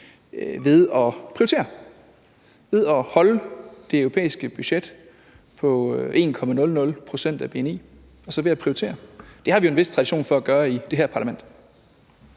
set er enige om, og holde det europæiske budget på 1,00 pct. af bni ved at prioritere? Det har vi jo en vis tradition for at gøre i det her parlament.